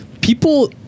people